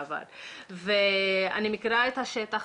אני מכירה את השטח,